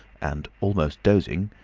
and almost dozing,